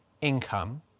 income